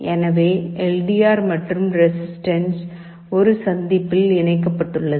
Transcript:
எனவே L D R மற்றும் resistance ஒரு சந்திப்பில் இணைக்கப்பட்டுள்ளது